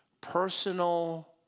Personal